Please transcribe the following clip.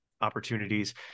opportunities